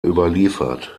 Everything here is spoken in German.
überliefert